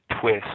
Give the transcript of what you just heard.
twist